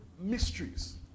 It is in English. mysteries